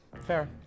Fair